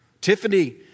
Tiffany